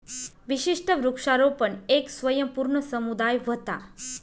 विशिष्ट वृक्षारोपण येक स्वयंपूर्ण समुदाय व्हता